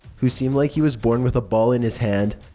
who seemed like he was born with a ball in his hand.